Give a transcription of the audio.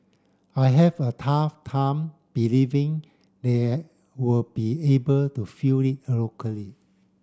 I have a tough time believing they will be able to fill it locally